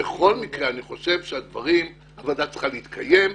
בכל מקרה אני חושב שוועדה צריכה להתקיים.